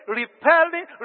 repelling